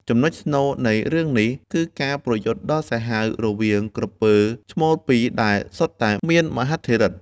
ចំណុចស្នូលនៃរឿងនេះ គឺការប្រយុទ្ធដ៏សាហាវរវាងក្រពើឈ្មោលពីរ ដែលសុទ្ធតែមានមហិទ្ធិឫទ្ធិ។